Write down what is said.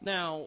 Now